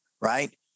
Right